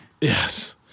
Yes